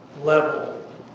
level